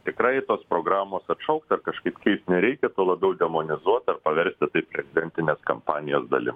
tikrai tos programos atšaukt ar kažkaip keist nereikia tuo labiau demonizuot ar paversti tai prezidentinės kampanijos dalim